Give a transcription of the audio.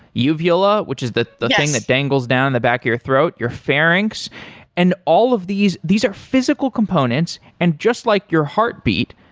uvula, which is the the thing that dangles down the back of your throat, your pharynx and all of these these are physical components, and just like your heartbeat,